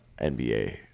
NBA